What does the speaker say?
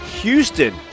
Houston